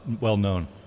well-known